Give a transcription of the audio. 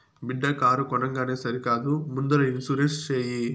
బిడ్డా కారు కొనంగానే సరికాదు ముందల ఇన్సూరెన్స్ చేయి